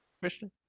Christian